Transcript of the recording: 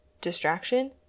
distraction